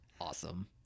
Awesome